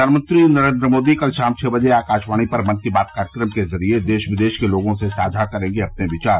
प्रधानमंत्री नरेन्द्र मोदी कल शाम छ बजे आकाशवाणी पर मन की बात कार्यक्रम के जरिए देश विदेश के लोगों से साझा करेंगे अपने विचार